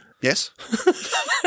Yes